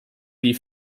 die